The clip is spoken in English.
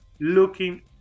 looking